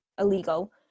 illegal